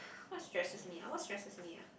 what stresses me ah what stresses me ah